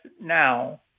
now